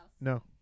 no